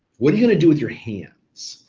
what're you gonna do with your hands?